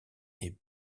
est